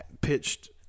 pitched